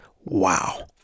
Wow